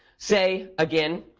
say, again,